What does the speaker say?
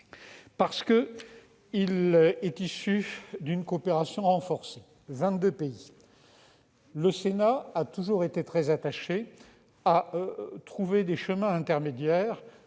à ce qu'elle est issue d'une coopération renforcée entre vingt-deux pays. Le Sénat a toujours été très attaché à trouver des chemins intermédiaires